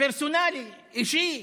פרסונלי, אישי,